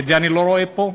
את זה אני לא רואה פה.